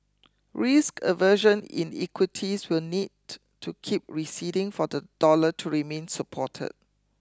risk aversion in equities will need to keep receding for the dollar to remain supported